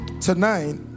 tonight